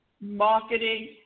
marketing